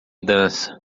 dança